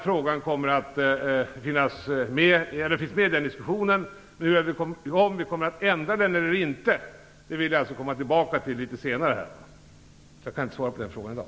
Frågan om invandrarpraktik finns med i diskussionen, men huruvida vi kommer att genomföra någon förändring eller inte vill jag alltså komma tillbaka till litet senare. Jag kan inte svara på den frågan i dag.